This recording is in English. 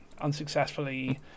unsuccessfully